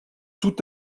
tout